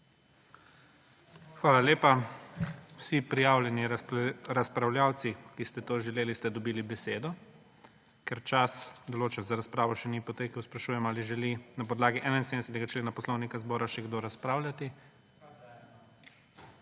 Hvala lepa. Vsi prijavljeni razpravljavci, ki ste to želeli, ste dobili besedo. Ker čas, določen za razpravo, še ni potekel, sprašujem, ali želi na podlagi 71. člena Poslovnika Državnega zbora še kdo razpravljati.